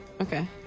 Okay